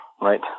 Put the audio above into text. right